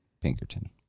Pinkerton